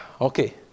Okay